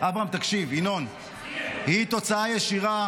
אברהם תקשיב, ינון, היא תוצאה ישירה